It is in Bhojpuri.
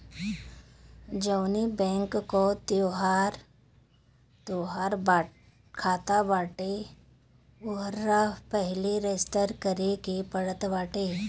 जवनी बैंक कअ तोहार खाता बाटे उहवा पहिले रजिस्टर करे के पड़त बाटे